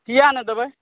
कीया नहि देबै